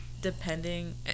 depending